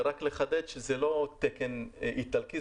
רק לחדד שזה לא תקן איטלקי,